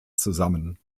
zusammen